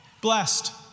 Blessed